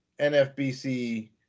NFBC